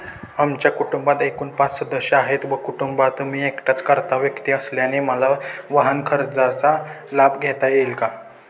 आमच्या कुटुंबात एकूण पाच सदस्य आहेत व कुटुंबात मी एकटाच कर्ता व्यक्ती असल्याने मला वाहनकर्जाचा लाभ घेता येईल का?